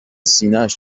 سینهاش